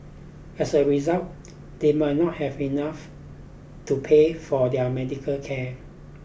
as a result they may not have enough to pay for their medical care